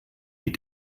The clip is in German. die